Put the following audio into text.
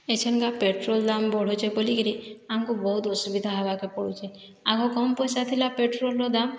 ଏଇସନକା petrol ଦାମ ବଢ଼ୁଛେ ବୋଲିକରି ଆମକୁ ବହୁତ ଅସୁବିଧା ହେବାକେ ପଡ଼ୁଛେ ଆଗ କମ ପଇସା ଥିଲା ପେଟ୍ରୋଲର ଦାମ